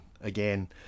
again